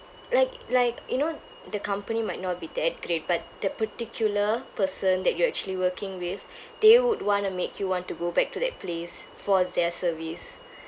like like you know the company might not be that great but the particular person that you're actually working with they would want to make you want to go back to that place for their service